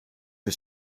are